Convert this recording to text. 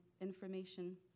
information